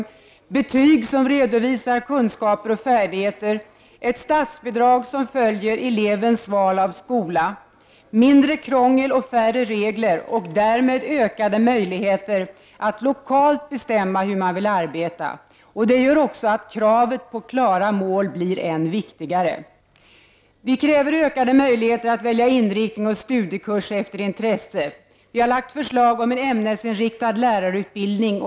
Vi kräver betyg som redovisar kunskaper och färdigheter i relation till läroplanens krav, ett statsbidrag som följer elevens val av skola, mindre krångel och färre regler och därmed ökade möjligheter att lokalt bestämma hur man vill arbeta. Detta gör också att kravet på klara mål blir än viktigare. Vi kräver vidare ökade möjligheter att välja inriktning och studiekurs efter intresse. Vi har lagt fram förslag om en ämnesinriktad lärarutbildning.